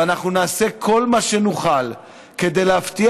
ואנחנו נעשה כל מה שנוכל כדי להבטיח